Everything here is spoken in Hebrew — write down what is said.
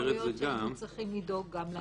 ויכול להיות שהיינו צריכים לדאוג גם להן.